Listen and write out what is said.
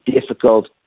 difficult